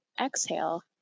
exhale